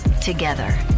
Together